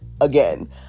again